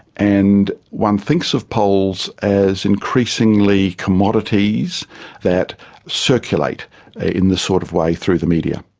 and one thinks of polls as increasingly commodities that circulate in this sort of way through the media.